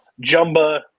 Jumba